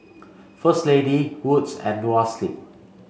First Lady Wood's and Noa Sleep